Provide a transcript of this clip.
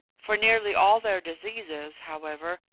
for nearly all their diseases, however,